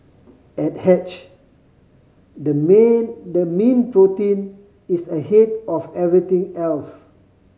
at Hatched the main the mean protein is ahead of everything else